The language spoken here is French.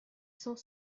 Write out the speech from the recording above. cents